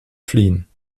fliehen